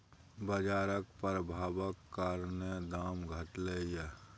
बजारक प्रभाबक कारणेँ दाम घटलै यै